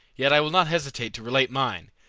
yet i will not hesitate to relate mine,